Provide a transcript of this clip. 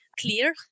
clear